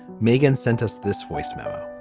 megan sent us this voicemail.